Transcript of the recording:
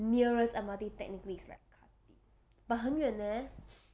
nearest M_R_T technically is like khatib but 很远 eh